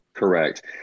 Correct